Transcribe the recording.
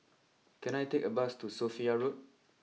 can I take a bus to Sophia Road